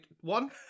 One